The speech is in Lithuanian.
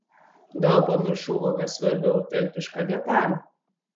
gal pamiršau kokią svarbią autentišką detalę